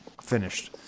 finished